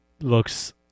looks